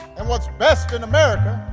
and what's best in america